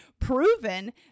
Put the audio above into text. proven